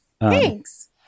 Thanks